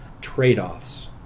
trade-offs